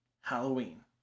Halloween